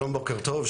שלום, בוקר טוב.